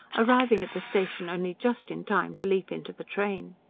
arriving at the station only just in time to leap into the train.